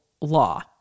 law